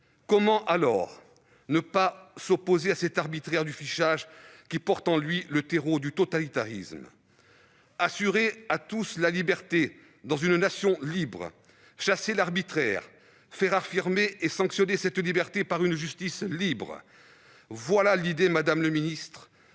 Comment, dès lors, ne pas s'opposer à cet arbitraire du fichage, qui fait le terreau du totalitarisme ? Assurer à tous la liberté dans une nation libre, chasser l'arbitraire, faire affirmer et sanctionner cette liberté par une justice libre, telle est l'idée, madame la ministre,